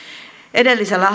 edellisellä